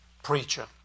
preacher